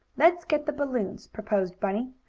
let's get the balloons, proposed bunny.